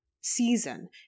season